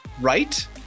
Right